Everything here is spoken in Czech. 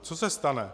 Co se stane?